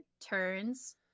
turns